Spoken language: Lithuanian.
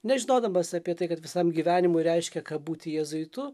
nežinodamas apie tai kad visam gyvenimui reiškia būti jėzuitu